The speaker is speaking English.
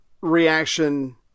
reaction